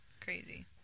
crazy